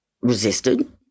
resisted